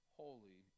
holy